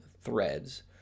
threads